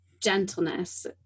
gentleness